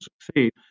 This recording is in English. succeed